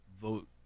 vote